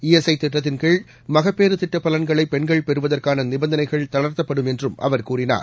E S I திட்டத்தின் கீழ் மகப்பேறு திட்டப் பலன்களை பெண்கள் பெறுவதற்கான நிபந்தனைகள் தளர்த்தப்படும் என்றும் அவர் கூறினார்